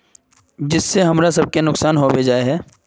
जिस से हमरा सब के नुकसान होबे जाय है?